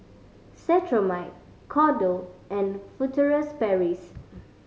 Cetrimide Kordel and Furtere's Paris